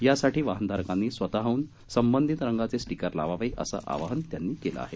यासाठी वाहनधारकांनी स्वतःहून संबंधित रंगांचे स्टिकर लावावे असे आवाहन त्यांनी केले आहे